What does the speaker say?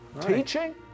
Teaching